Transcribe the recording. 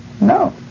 No